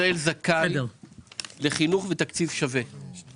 אצלך זה הפוך, זה 45% מוכש"ר ותשעה אחוז ממלכתי.